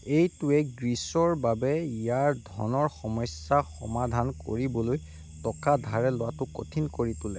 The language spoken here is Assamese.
এইটোৱে গ্ৰীচৰ বাবে ইয়াৰ ধনৰ সমস্যা সমাধান কৰিবলৈ টকা ধাৰে লোৱাটো কঠিন কৰি তোলে